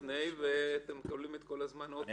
אתה יכול להתחיל חקירה יום לפני כן ולקבל את כל הזמן שוב.